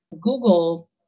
Google